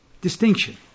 distinction